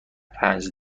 پنج